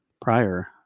prior